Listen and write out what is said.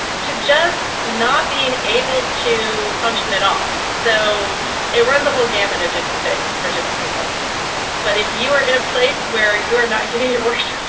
to just not being able to function at all so it runs a whole gamut of different things for different people but if you are in a place where you're not getting your